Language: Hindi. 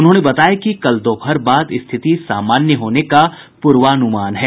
उन्होंने बताया कि कल दोपहर बाद स्थिति सामान्य होने का पूर्वानुमान है